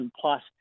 plus